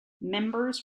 members